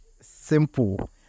simple